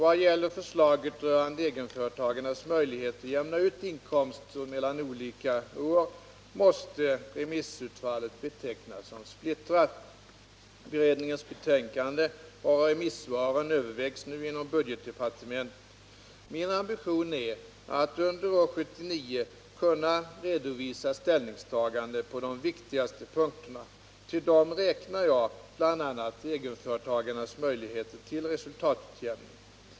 Vad gäller förslaget rörande egenföretagarnas möjlighet att jämna ut inkomster mellan olika år måste remissutfallet betecknas som splittrat. Beredningens betänkande och remissvaren övervägs nu inom budgetdepartementet. Min ambition är att under år 1979 kunna redovisa ställningstagandena på de viktigaste punkterna. Till dessa räknar jag bl.a. egenföretagarnas möjligheter till resultatutjämning.